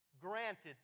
granted